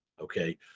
Okay